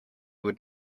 would